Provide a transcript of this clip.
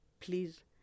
please